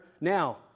Now